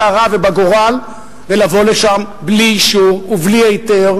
הרע ובגורל ולבוא לשם בלי אישור ובלי היתר,